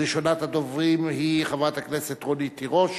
ראשונת הדוברים היא חברת הכנסת רונית תירוש,